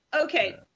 Okay